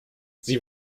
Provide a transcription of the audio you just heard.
sie